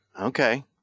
Okay